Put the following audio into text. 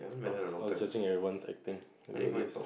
I was I was judging everyone's acting